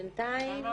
בינתיים